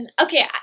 okay